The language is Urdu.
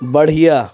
بڑھیا